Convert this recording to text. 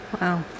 Wow